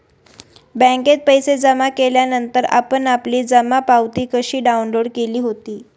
बँकेत पैसे जमा केल्यानंतर आपण आपली जमा पावती कशी डाउनलोड केली होती?